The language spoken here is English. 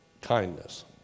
kindness